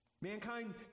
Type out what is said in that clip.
Mankind